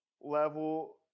level